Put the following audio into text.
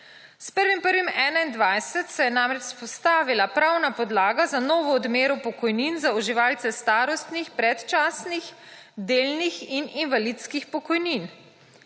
S 1. 1. 2021 se je namreč vzpostavila pravna podlaga za novo odmero pokojnin za uživalce starostnih, predčasnih, delnih in invalidskih pokojnin,